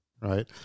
Right